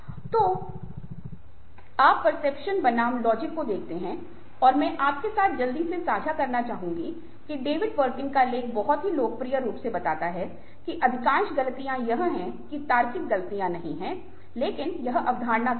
तो आप परसेप्शन बनाम लॉजिक को देखते हैं और मैं आपके साथ जल्दी से साझा करना चाहूंगा कि डेविड पर्किन का लेख बहुत ही लोकप्रिय रूप से बताता है कि अधिकांश गलतियाँ यह हैं कि तार्किक गलतियाँ नहीं हैं लेकिन धारणा की गलतियाँ